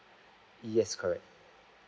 yes correct